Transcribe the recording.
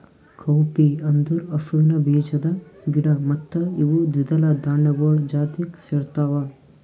cowpea ಅಂದುರ್ ಹಸುವಿನ ಬೀಜದ ಗಿಡ ಮತ್ತ ಇವು ದ್ವಿದಳ ಧಾನ್ಯಗೊಳ್ ಜಾತಿಗ್ ಸೇರ್ತಾವ